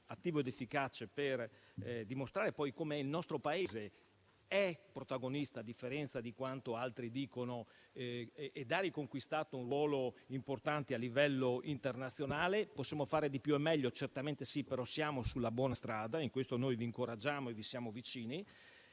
attivi ed efficaci per dimostrare che il nostro Paese è protagonista, a differenza di quanto altri dicono, ed ha riconquistato un ruolo importante a livello internazionale. Possiamo fare di più e meglio? Certamente sì, però siamo sulla buona strada. In questo noi vi incoraggiamo e vi siamo vicini.